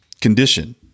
condition